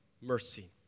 mercy